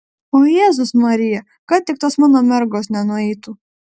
o jėzus marija kad tik tos mano mergos nenueitų